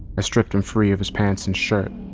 stripped him free of his pants and shirt,